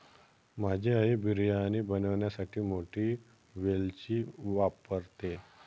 माझी आई बिर्याणी बनवण्यासाठी मोठी वेलची वापरते